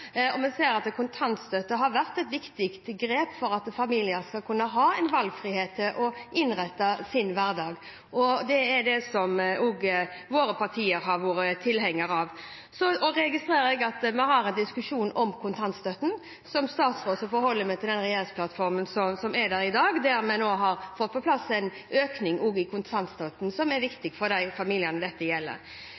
Vi ser at kontantstøtten har vært et viktig grep for at familier har kunnet ha en valgfrihet til å innrette hverdagen sin. Det har våre partier også vært tilhengere av. Jeg registrerer at det er en diskusjon om kontantstøtten. Som statsråd forholder jeg meg til den regjeringsplattformen som er i dag, og vi har nå fått på plass en økning i kontantstøtten, som er